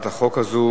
הצעת החוק הזאת,